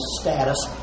status